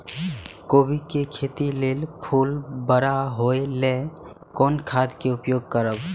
कोबी के खेती लेल फुल बड़ा होय ल कोन खाद के उपयोग करब?